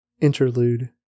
Interlude